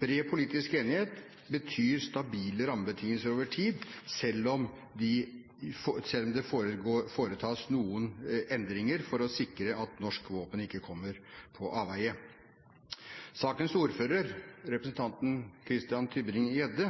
Bred politisk enighet betyr stabile rammebetingelser over tid, selv om det foretas noen endringer for å sikre at norske våpen ikke kommer på avveie. Sakens ordfører, representanten Christian Tybring-Gjedde,